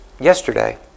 Yesterday